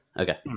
Okay